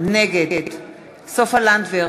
נגד סופה לנדבר,